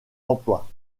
emploi